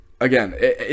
again